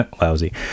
lousy